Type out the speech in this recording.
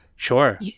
Sure